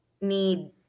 need